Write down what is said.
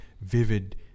vivid